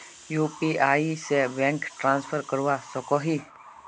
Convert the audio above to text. UPI से bank transfer करवा सकोहो ही?